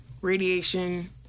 radiation